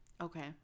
Okay